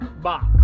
box